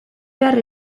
behar